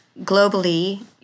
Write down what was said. globally